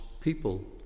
people